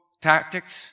Tactics